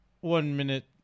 one-minute